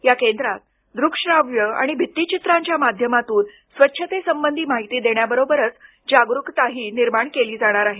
या केंद्रात दृकश्राव्य आणि भित्तीचित्रांच्या माध्यमातून स्वछतेसंबंधी माहिती देण्याबरोबरच जागरूकता निर्माण केली जाणार आहे